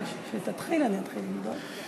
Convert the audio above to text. כשתתחיל, אני אתחיל למדוד.